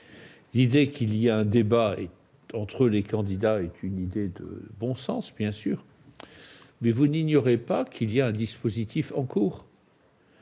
L'idée qu'il y ait un débat entre les candidats relève du bon sens, bien sûr, mais vous n'ignorez pas qu'il y a un dispositif en cours